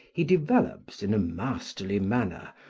he develops, in a masterly manner,